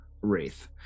Wraith